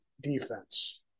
defense